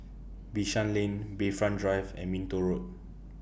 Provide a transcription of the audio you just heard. Bishan Lane Bayfront Drive and Minto Road